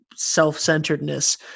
self-centeredness